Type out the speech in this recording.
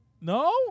No